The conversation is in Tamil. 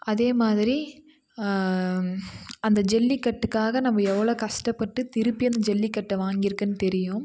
அதே மாதிரி அந்த ஜல்லிக்கட்டுக்காக நம்ம எவ்வளோ கஷ்டப்பட்டு திருப்பி அந்த ஜல்லிக்கட்டை வாங்கிருக்கன்னு தெரியும்